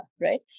right